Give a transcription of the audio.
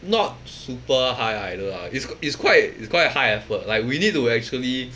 not super high either ah it's q~ it's quite it's quite high effort like we need to actually